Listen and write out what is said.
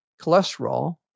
cholesterol